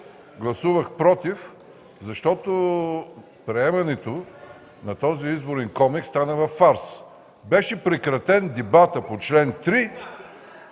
Гласувах „против”, защото приемането на този Изборен комикс стана във фарс. Беше прекратен дебатът по чл. 3,